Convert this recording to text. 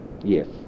Yes